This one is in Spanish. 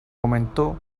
comentó